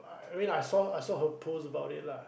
I mean I saw I saw her post about it lah